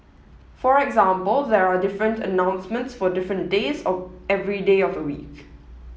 for example there are different announcements for different days of every day of the week